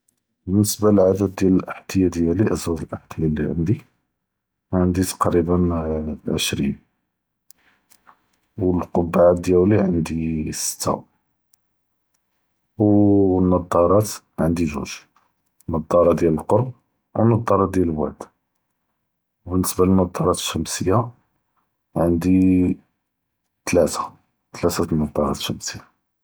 באלניסבה לעדד דיאל אלאח’דיה דיאלי, ענדי תכריבא עשרין, ו אלכבעות ענדי סתה, ו אלנזאראת ענדי זוג, נזארה דיאל אלקרב ו נזארה דיאל אלב’עד, ו בניסבה לנזאראת אלשמשיה ענדי תלתה, תלתה.